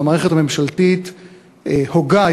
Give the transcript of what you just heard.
המערכת הממשלתית הוגה,